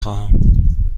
خواهم